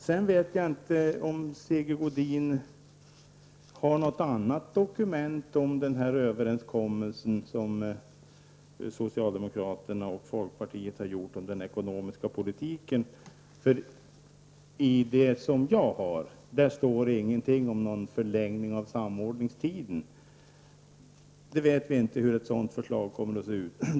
Jag vet inte om Sigge Godin har något annat dokument om den överenskommelse som socialdemokraterna och folkpartiet har träffat om den ekonomiska politiken. I det dokument som jag har tillgång till står det ingenting om någon förlängning av samordningstiden. Vi vet inte hur ett sådant förslag kommer att se ut.